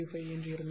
0235 இருந்தது